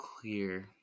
clear